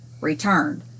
returned